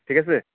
ঠিক আছে